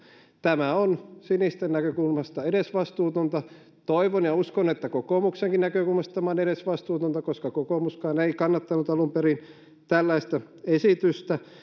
tämä on sinisten näkökulmasta edesvastuutonta toivon ja uskon että kokoomuksenkin näkökulmasta tämä on edesvastuutonta koska kokoomuskaan ei kannattanut alun perin tällaista esitystä